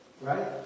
right